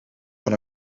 van